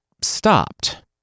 stopped